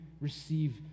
receive